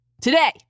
today